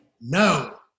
No